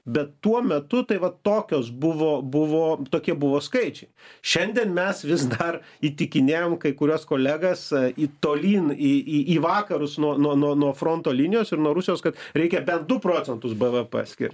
bet tuo metu tai vat tokios buvo buvo tokie buvo skaičiai šiandien mes vis dar įtikinėjam kai kuriuos kolegas į tolyn į į vakarus nuo nuo nuo fronto linijos ir nuo rusijos kad reikia bent du procentus bvp skirt